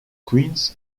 queens